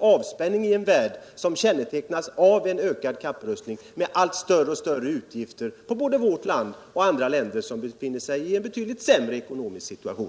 avspänning i en värld som kännetecknas av ökad kapprustning med allt större utgifter för både vårt tand och andra länder, som befinner sig i en betydligt sämre ekonomisk situation.